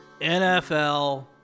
NFL